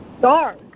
dark